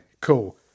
cool